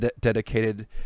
dedicated